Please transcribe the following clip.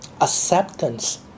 acceptance